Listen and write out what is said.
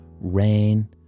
rain